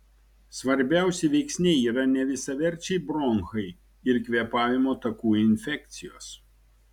svarbiausi veiksniai yra nevisaverčiai bronchai ir kvėpavimo takų infekcijos